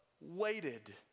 waited